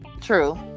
True